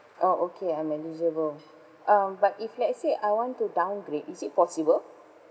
oh okay I'm eligible um but if let's say I want to downgrade is it possible